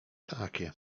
takie